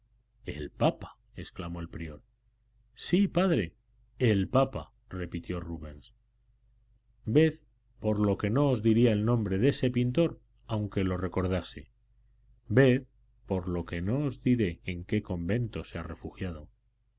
el papa exclamó el prior sí padre el papa repitió rubens ved por lo que no os diría el nombre de ese pintor aunque lo recordase ved por lo que no os diré en qué convento se ha refugiado